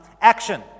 Action